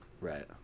Right